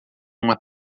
uma